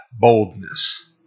boldness